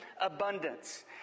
abundance